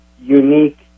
unique